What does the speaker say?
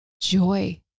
joy